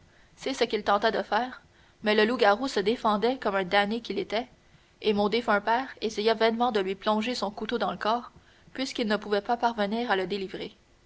c'est ce qu'il tenta de faire mais le loup-garou se défendait comme un damné qu'il était et mon défunt père essaya vainement de lui plonger son couteau dans le corps puisqu'il ne pouvait pas parvenir à le délivrer